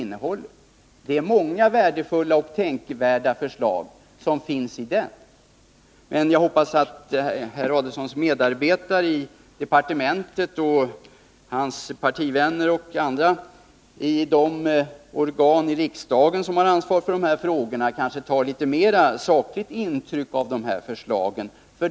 Det finns många värdefulla och tänkvärda förslag i den. Men jag hoppas att herr Adelsohns medarbetare i departementet, hans partivänner och andra i de organ i riksdagen som har ansvar för de här frågorna, tar litet mera sakligt intryck av förslagen.